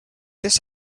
this